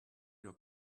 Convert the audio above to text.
your